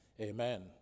Amen